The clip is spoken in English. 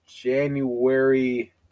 January